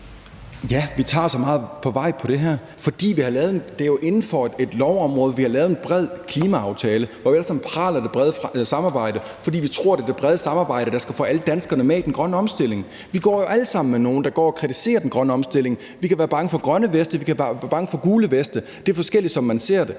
Ahlers (V): Ja, vi tager så meget på vej i forhold til det her, fordi det jo er inden for et område, hvor vi har lavet en bred klimaaftale, og hvor vi alle sammen praler af det brede samarbejde, fordi vi tror, det er det brede samarbejde, der skal få alle danskerne med i den grønne omstilling. Vi kender jo alle sammen nogle, der går og kritiserer den grønne omstilling. Vi kan være bange for grønne veste. Vi kan være bange for gule veste. Det er forskelligt, hvordan man ser det.